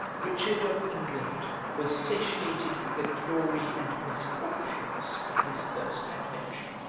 richard of england was satiated with the glory and misfortunes of his first adventure